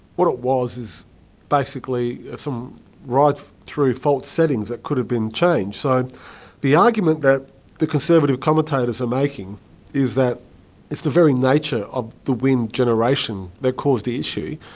what it was is basically some ride-through fault settings that could have been changed. so the argument that the conservative commentators are making is that it's the very nature of the wind generation that caused the issue.